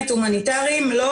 וגם